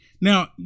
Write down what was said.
Now